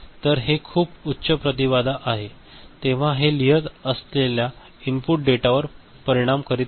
तर हे खूप उच्च प्रतिबाधा आहे तेव्हा हे लिहित असलेल्या इनपुट डेटावर परिणाम करीत नाही